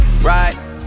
right